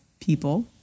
people